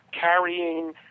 carrying